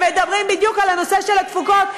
הם מדברים בדיוק על הנושא של התפוקות,